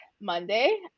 Monday